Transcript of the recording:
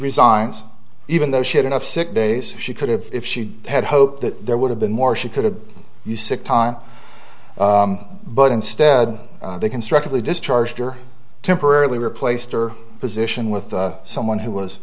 resigns even though she had enough sick days she could have if she had hoped that there would have been more she could have you sick time but instead they constructively discharged her temporarily replaced or position with someone who was